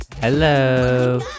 Hello